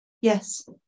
Yes